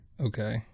Okay